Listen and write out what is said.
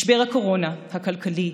משבר הקורונה הכלכלי,